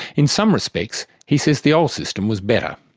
in some respects, he says the old system was better.